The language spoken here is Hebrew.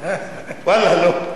ואללה לא.